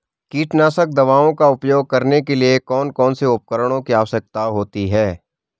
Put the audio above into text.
कीटनाशक दवाओं का उपयोग करने के लिए कौन कौन से उपकरणों की आवश्यकता होती है?